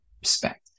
respect